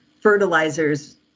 fertilizers